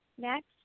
next